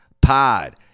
pod